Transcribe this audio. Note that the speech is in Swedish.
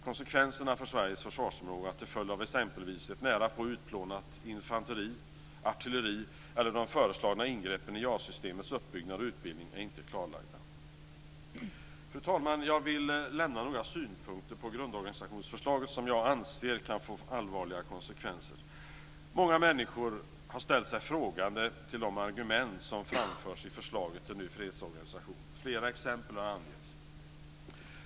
Konsekvenserna för Sveriges försvarsförmåga till följd av exempelvis ett närapå utplånat infanteri, artilleri eller de föreslagna ingreppen i JAS-systemets uppbyggnad och utbildning är inte klarlagda. Fru talman! Jag vill lämna några synpunkter på grundorganisationsförslaget, som jag anser kan få allvarliga konsekvenser. Många människor har ställt sig frågande till de argument som framförs i förslaget till ny fredsorganisation. Flera exempel har angetts.